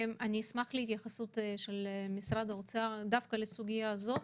אשמח להתייחסות משרד האוצר לסוגיה הזו,